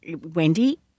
Wendy